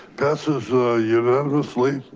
passes ah unanimously.